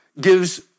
gives